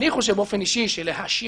לא יכול בלי למחות זאת מילה קשה, אבל להעיר